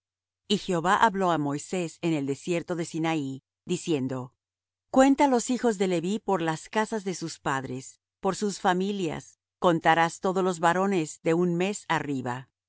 y jehová habló á moisés en el desierto de sinaí diciendo cuenta los hijos de leví por las casas de sus padres por sus familias contarás todos los varones de un mes arriba y moisés los